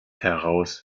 heraus